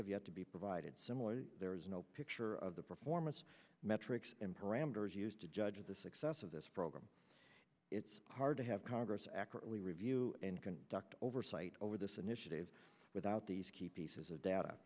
have yet to be provided similarly there is no picture of the performance metrics and parameters used to judge the success of this program it's hard to have congress accurately review and conduct oversight over this initiative without these key pieces of data